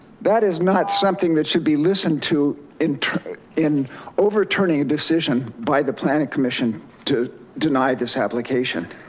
that is not something that should be listened to inter in overturning a decision by the planning commission to deny this application.